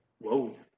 Whoa